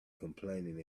complaining